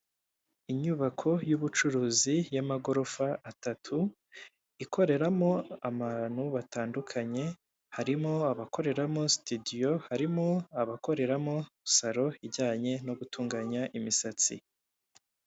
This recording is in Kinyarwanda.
Inyubako y'ubucuruzi y'amagorofa atatu, ikoreramo abantu batandukanye, harimo abakoreramo sitidiyo, harimo abakoreramo salo ijyanye no gutunganya imisatsi.